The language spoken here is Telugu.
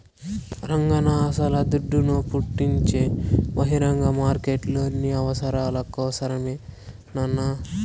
రంగన్నా అస్సల దుడ్డును పుట్టించే బహిరంగ మార్కెట్లు అన్ని అవసరాల కోసరమేనన్నా